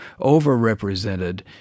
overrepresented